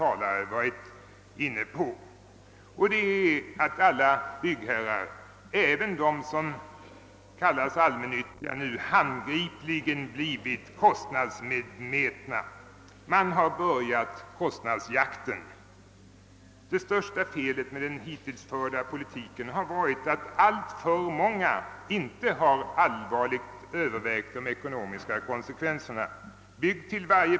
varit inne på detta — genom att alla byggherrar, alltså även de som kallas allmännyttiga, nu handgripligen blivit kostnadsmedvetna. Man har börjat kostnadsjakten. Det största felet med den hittills förda politiken har varit att alltför många inte har allvarligt övervägt de ekonomiska konsekvenserna.